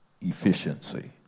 efficiency